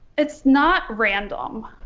it's not random.